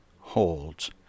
holds